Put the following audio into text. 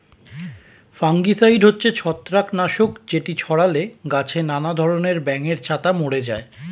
fungicide হচ্ছে ছত্রাক নাশক যেটি ছড়ালে গাছে নানা ধরণের ব্যাঙের ছাতা মরে যায়